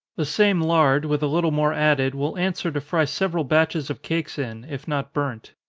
the same lard, with a little more added, will answer to fry several batches of cakes in, if not burnt.